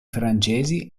francesi